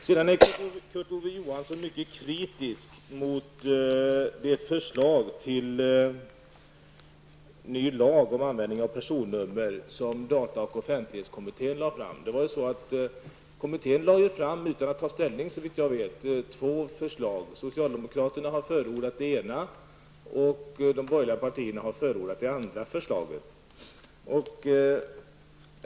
Kurt Ove Johansson är mycket kritisk mot det förslag till ny lag om användning av personnummer som data och offentlighetskommittén lade fram. Såvitt jag vet lade kommittén fram två förslag utan att ta ställning. Socialdemokraterna har förordat det ena, och de borgerliga partierna har förordat det andra förslaget.